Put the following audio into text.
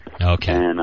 Okay